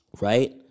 right